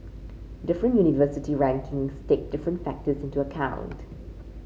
different university rankings take different factors into account